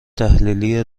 تحلیلی